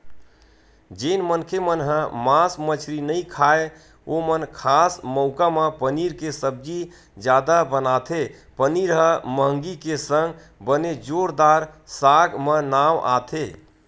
जेन मनखे मन ह मांस मछरी नइ खाय ओमन खास मउका म पनीर के सब्जी जादा बनाथे पनीर ह मंहगी के संग बने जोरदार साग म नांव आथे